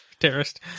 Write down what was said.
terrorist